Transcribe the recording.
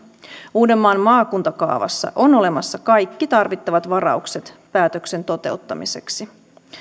uudenmaan maakuntakaavassa on olemassa kaikki tarvittavat varaukset päätöksen toteuttamiseksi